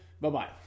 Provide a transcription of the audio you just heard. bye-bye